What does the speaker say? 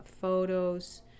photos